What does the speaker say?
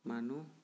মানুহ